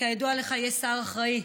כידוע לך, יש שר אחראי.